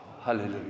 Hallelujah